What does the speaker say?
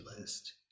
list